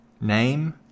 name